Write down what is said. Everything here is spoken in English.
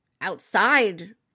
outside